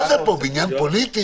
האם הבניין הזה הוא פוליטי?